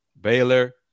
Baylor